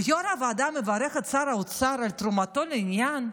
ויו"ר הוועדה מברך את שר האוצר על תרומתו לעניין.